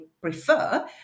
prefer